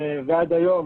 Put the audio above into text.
ועד היום